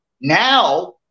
Now